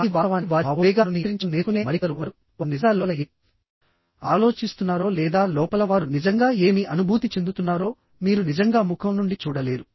కానీ వాస్తవానికి వారి భావోద్వేగాలను నియంత్రించడం నేర్చుకునే మరికొందరు ఉన్నారువారు నిజంగా లోపల ఏమి ఆలోచిస్తున్నారో లేదా లోపల వారు నిజంగా ఏమి అనుభూతి చెందుతున్నారో మీరు నిజంగా ముఖం నుండి చూడలేరు